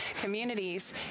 communities